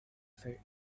said